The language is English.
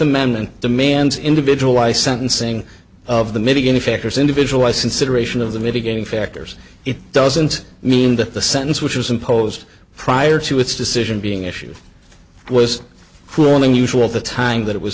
amendment demands individual i sentencing of the mitigating factors individual licensing ration of the mitigating factors it doesn't mean that the sentence which was imposed prior to its decision being issued was cruel and unusual the time that it was